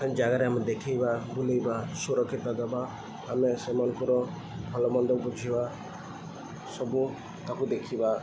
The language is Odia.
ଜାଗାରେ ଆମେ ଦେଖେଇବା ବୁଲିବା ସୁରକ୍ଷିତ ଦବା ଆମେ ସେମାନଙ୍କର ଭଲମନ୍ଦ ବୁଝିବା ସବୁ ତାକୁ ଦେଖିବା